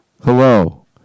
Hello